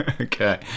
okay